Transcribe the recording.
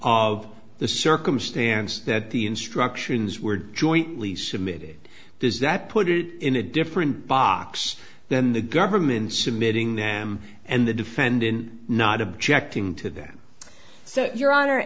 of the circumstance that the instructions were jointly submitted does that put it in a different box then the government submitting them and the defendant not objecting to them so your hon